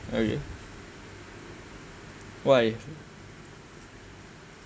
okay why